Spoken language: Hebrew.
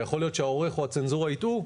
ויכול להיות שהעורך או הצנזורה יטעו,